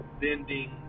bending